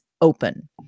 open